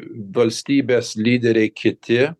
valstybės lyderiai kiti